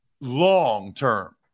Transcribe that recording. long-term